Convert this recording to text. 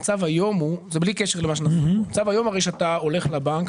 המצב היום הוא בלי קשה למה שאנחנו מדברים שאתה הולך לבנק,